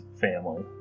family